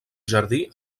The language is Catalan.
jardí